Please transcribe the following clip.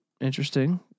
interesting